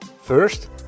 First